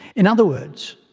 in other words,